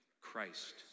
Christ